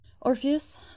Orpheus